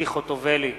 ציפי חוטובלי,